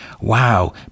wow